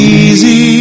easy